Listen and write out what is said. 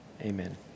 Amen